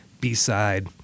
B-side